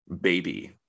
baby